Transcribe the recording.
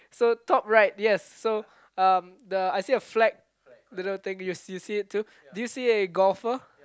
so top right yes so um the I see a flag little thing you you see it too do you see a golfer